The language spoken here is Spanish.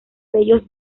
bellos